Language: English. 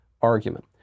argument